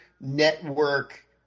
network